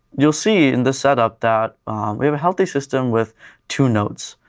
you'll see in this setup that we have a healthy system with two nodes,